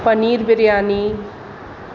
paneer biryani